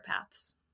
paths